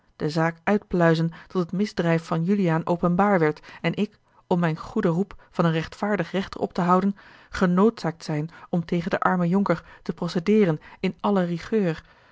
de zaak uitpluizen tot het misdrijf van juliaan openbaar werd en ik om mijn goeden roep van een rechtvaardig rechter op te houden genoodzaakt zijn om tegen den armen jonker te procedeeren in alle rigueur